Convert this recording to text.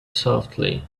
softly